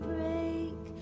break